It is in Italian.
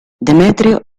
demetrio